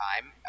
time